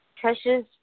precious